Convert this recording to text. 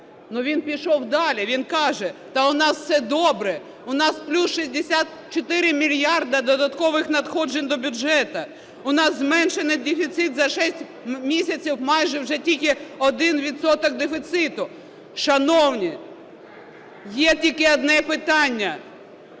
він пішов далі, він каже: та у нас все добре, у нас плюс 64 мільярди додаткових надходжень до бюджету, у нас зменшено дефіцит за 6 місяців, майже вже тільки 1 відсоток дефіциту. Шановні, є тільки одне питання: